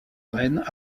rennes